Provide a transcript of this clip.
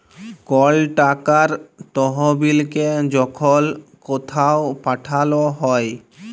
call টাকার তহবিলকে যখল কথাও পাঠাল হ্যয়